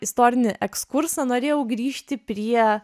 istorinį ekskursą norėjau grįžti prie